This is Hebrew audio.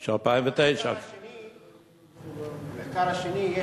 זה המחקר משנת 2009. של 2009. המחקר השני,